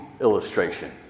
illustration